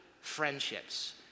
friendships